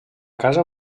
casa